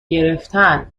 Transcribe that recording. گرفتن